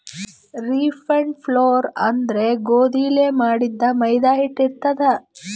refined flour ಅಂದ್ರ ಗೋಧಿಲೇ ಮಾಡಿದ್ದ್ ಮೈದಾ ಹಿಟ್ಟ್ ಇರ್ತದ್